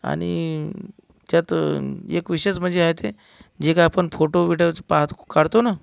आणि त्यात एक विशेष म्हणजे आहे ते जे काही आपण फोटो बिटो पाहतो काढतो ना